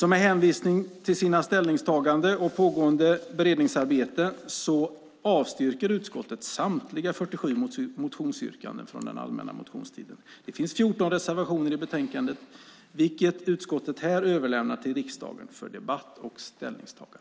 Med hänvisning till sina ställningstaganden och pågående beredningsarbeten avstyrker utskottet samtliga 47 motionsyrkanden från den allmänna motionstiden. Det finns 14 reservationer i betänkandet, vilket utskottet här överlämnar till riksdagen för debatt och ställningstagande.